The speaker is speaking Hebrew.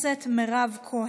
חבר הכנסת חמד עמאר?